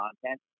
content